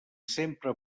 sempre